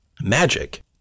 magic